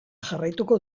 jarraituko